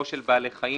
או של בעלי חיים,